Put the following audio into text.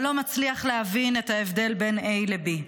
אבל לא מצליח להבין את ההבדל בין A ל-B.